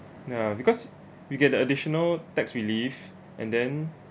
ya because we get the additional tax relief and then